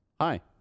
Hi